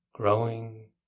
Growing